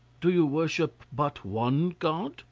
do you worship but one god?